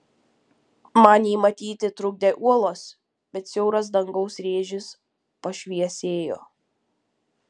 man jį matyti trukdė uolos bet siauras dangaus rėžis pašviesėjo